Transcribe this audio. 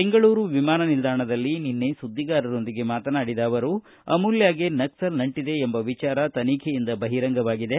ಬೆಂಗಳೂರು ವಿಮಾನ ನಿಲ್ವಾಣದಲ್ಲಿ ನಿನ್ನೆ ಸುದ್ದಿಗಾರರೊಂದಿಗೆ ಮಾತನಾಡಿದ ಅವರು ಅಮೂಲ್ಡಗೆ ನಕ್ಲಲ್ ನಂಟದೆ ಎಂಬ ವಿಚಾರ ತನಿಖೆಯಿಂದ ಬಹಿರಂಗವಾಗಿದೆ